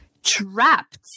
trapped